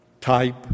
type